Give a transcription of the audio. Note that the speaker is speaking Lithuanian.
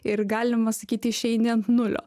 ir galima sakyti išeini ant nulio